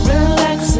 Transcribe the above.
Relax